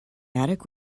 attic